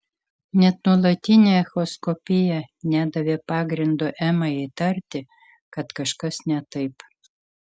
net nuolatinė echoskopija nedavė pagrindo emai įtarti kad kažkas ne taip